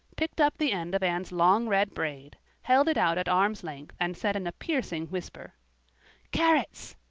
picked up the end of anne's long red braid, held it out at arm's length and said in a piercing whisper carrots!